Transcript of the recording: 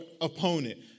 opponent